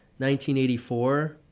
1984